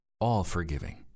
all-forgiving